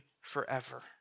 forever